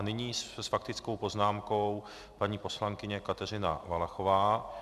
Nyní s faktickou poznámkou paní poslankyně Kateřina Valachová.